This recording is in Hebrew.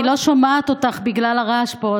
אני לא שומעת אותך בגלל הרעש פה.